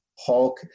hulk